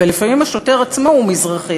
ולפעמים השוטר עצמו הוא מזרחי,